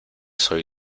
soy